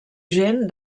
gent